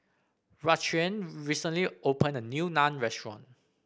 Raquan recently opened a new Naan Restaurant